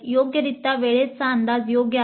योग्यरित्या वेळेचा अंदाज योग्य आहे